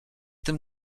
tym